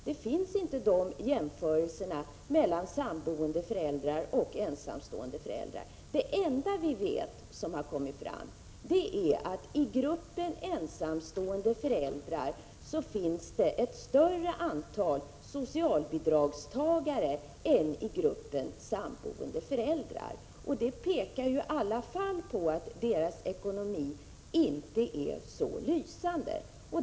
Det finns inga jämförelser mellan samboende föräldrar och ensamstående föräldrar redovisade. Det enda vi vet är att i gruppen ensamstående föräldrar finns det ett större antal socialbidragstagare än i gruppen samboende föräldrar. Det pekar i alla fall på att de ensamstående föräldrarnas ekonomi inte är så lysande.